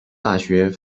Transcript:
大学